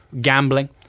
gambling